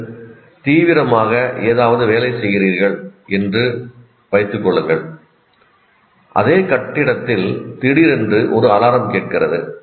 நீங்கள் தீவிரமாக ஏதாவது வேலை செய்கிறீர்கள் என்று வைத்துக்கொள்ளுங்கள் அதே கட்டிடத்தில் திடீரென்று ஒரு அலாரம் கேட்கிறது